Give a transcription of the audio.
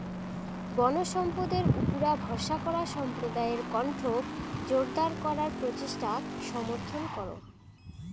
বনসম্পদের উপুরা ভরসা করা সম্প্রদায়ের কণ্ঠক জোরদার করার প্রচেষ্টাক সমর্থন করো